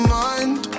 mind